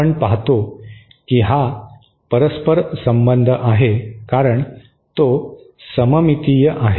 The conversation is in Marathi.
आपण पाहतो की हा परस्पर संबंध आहे कारण तो सममितीय आहे